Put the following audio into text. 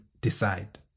decide